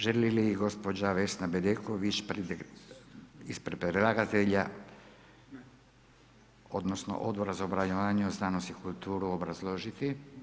Želi li gospođa Vesna Bedeković ispred predlagatelja, odnosno Odbora za obrazovanje, znanost i kulturu obrazložiti?